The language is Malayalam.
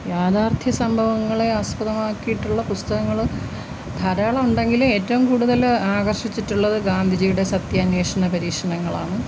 യാഥാർഥ്യ സംഭവങ്ങളെ ആസ്പദമാക്കിയിട്ടുള്ള പുസ്തകങ്ങൾ ധാരാളമുണ്ടെങ്കിലും ഏറ്റോം കൂടുതൽ ആകർഷിച്ചിട്ടുള്ളത് ഗാന്ധിജിയുടെ സത്യാന്വേഷണ പരീക്ഷണങ്ങളാണ്